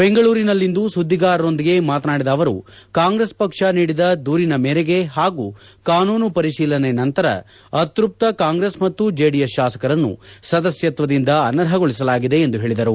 ಬೆಂಗಳೂರಿನಲ್ಲಿಂದು ಸುದ್ದಿಗಾರರೊಂದಿಗೆ ಮಾತನಾಡಿದ ಅವರು ಕಾಂಗ್ರೆಸ್ ಪಕ್ಷ ನೀಡಿದ ದೂರಿನ ಮೇರೆಗೆ ಹಾಗೂ ಕಾನೂನು ಪರಿಶೀಲನೆ ನಂತರ ಅತ್ಯಪ್ತ ಕಾಂಗ್ರೆಸ್ ಮತ್ತು ಜೆಡಿಎಸ್ ಶಾಸಕರನ್ನು ಸದಸ್ವತ್ವದಿಂದ ಅನರ್ಹಗೊಳಿಸಲಾಗಿದೆ ಎಂದು ಹೇಳಿದರು